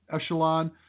echelon